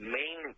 main